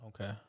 Okay